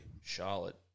Charlotte